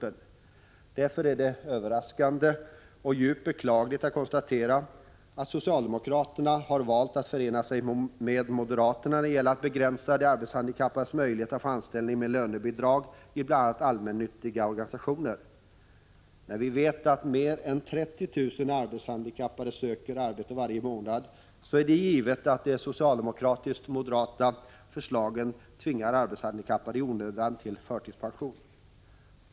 Men mot den bakgrunden är det överraskande och djupt beklagligt att behöva konstatera att socialdemokraterna har valt att förena sig med moderaterna när det gäller att begränsa de arbetshandikappades möjligheter att få anställning med lönebidrag i bl.a. allmännyttiga organisationer. När vi vet att mer än 30 000 arbetshandikappade söker arbete varje månad, så är det givet att de socialdemokratiskt/moderata förslagen tvingar arbetshandikappade i onödan till förtidspension.